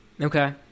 Okay